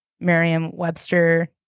Merriam-Webster